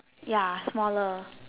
ya smaller